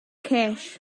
cash